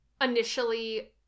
initially